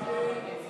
ההצעה